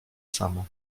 samo